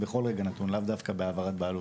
להיכנס בכל רגע נתון לאו דווקא בהעברת בעלות,